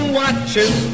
watches